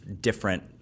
different